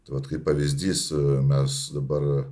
tai vat kaip pavyzdys mes dabar